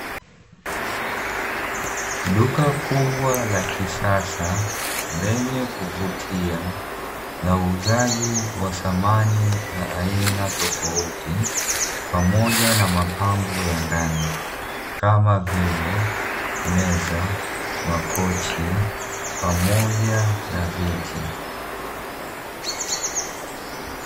Duka kubwa la kisasa lenye kuvutia la uuzaji wa samani za aina tofauti pamoja na mapambo ya ndani kama vile: meza, makochi, pamoja na viti.